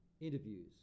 interviews